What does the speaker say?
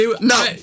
No